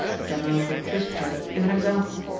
general betristchev is an example.